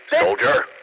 Soldier